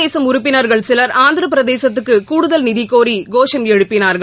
தேசம் உறுப்பினா்கள் சில் ஆந்திர பிரதேசத்துக்கு கூடுதல் நிதி கோரி கோஷம் தெலுங்கு எழுப்பினார்கள்